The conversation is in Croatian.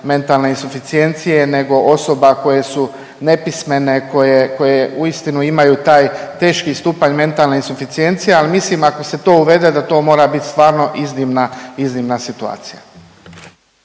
mentalne suficijencije nego osoba koje su nepismene, koje uistinu imaju taj teški stupanj mentalne suficijencije, ali mislim, ako se to uvede da to mora bit stvarno iznimna, iznimna